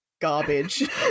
garbage